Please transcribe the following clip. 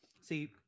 See